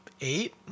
eight